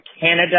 Canada